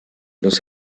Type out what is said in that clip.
los